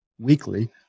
weekly